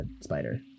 spider